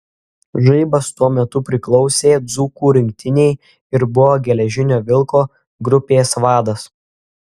žaibas tuo metu priklausė dzūkų rinktinei ir buvo geležinio vilko grupės vadas